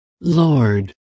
Lord